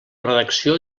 redacció